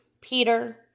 Peter